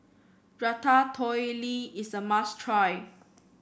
ratatouille is a must try